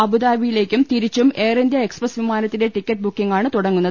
അബു ദാബിയിലേക്കും ്തിരിച്ചും air India express വിമാനത്തിന്റെ ടിക്കറ്റ് ബുക്കിങാണ് തുടങ്ങുന്നത്